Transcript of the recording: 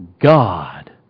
God